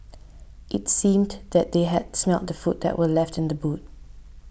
it seemed that they had smelt the food that were left in the boot